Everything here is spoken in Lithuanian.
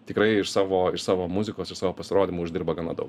tikrai iš savo iš savo muzikos iš savo pasirodymų uždirba gana daug